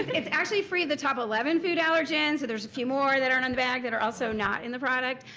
it's actually free of the top eleven food allergens so there's a few more that are on the bag that are also not in the product.